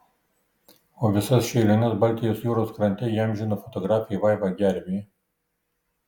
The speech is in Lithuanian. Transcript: o visas šėliones baltijos jūros krante įamžino fotografė vaiva gervė